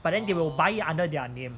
but then they will buy it under their name